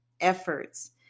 efforts